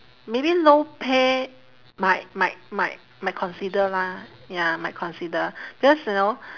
maybe low pay might might might might consider lah ya might consider because you know